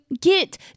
get